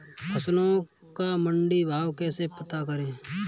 फसलों का मंडी भाव कैसे पता करें?